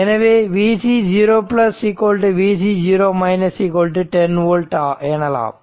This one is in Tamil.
எனவே Vc 0 Vc 10 ஓல்ட் எனலாம்